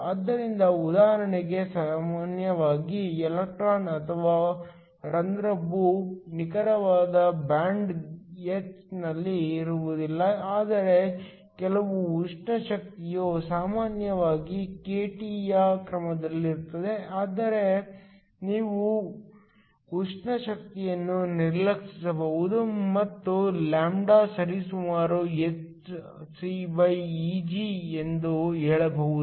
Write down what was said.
ಆದ್ದರಿಂದ ಉದಾಹರಣೆಗೆ ಸಾಮಾನ್ಯವಾಗಿ ಎಲೆಕ್ಟ್ರಾನ್ ಅಥವಾ ರಂಧ್ರವು ನಿಖರವಾಗಿ ಬ್ಯಾಂಡ್ h ನಲ್ಲಿ ಇರುವುದಿಲ್ಲ ಆದರೆ ಕೆಲವು ಉಷ್ಣ ಶಕ್ತಿಯು ಸಾಮಾನ್ಯವಾಗಿ kT ಯ ಕ್ರಮದಲ್ಲಿರುತ್ತದೆ ಆದರೆ ನಾವು ಉಷ್ಣ ಶಕ್ತಿಯನ್ನು ನಿರ್ಲಕ್ಷಿಸಬಹುದು ಮತ್ತು ಲ್ಯಾಂಬ್ಡಾ ಸರಿಸುಮಾರು hcEg ಎಂದು ಹೇಳಬಹುದು